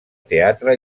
teatre